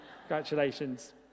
Congratulations